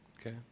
okay